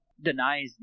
denies